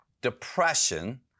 depression